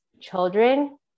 children